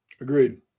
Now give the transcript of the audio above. Agreed